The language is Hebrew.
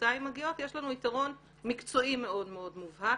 כשחברותיי מגיעות יש לנו יתרון מקצועי מאוד מאוד מובהק.